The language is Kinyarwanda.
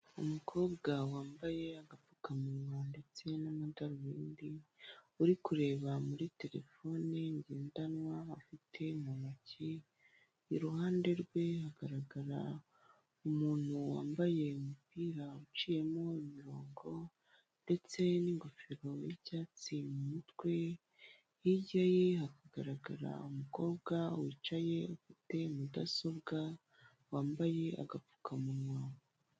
Umukobwa wambaye agapfukamunwa ndetse n'amadarubindi uri kureba muri terefone ngendanwa afite mu ntoki, iruhande rwe hagaragara umuntu wambaye umupira uciyemo imirongo ndetse n'ingofero y'icyatsi mu mutwe hirya ye hakagaragara umukobwa wicaye ufite mudasobwa wambaye agapfukamunwa.